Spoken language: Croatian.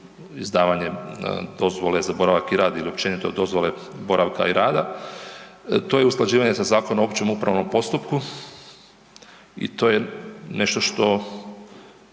izdavanje dozvole za boravak i rad ili općenito dozvole boravka i rada, to je usklađivanje sa Zakonom o općem upravnom postupku i to je nešto što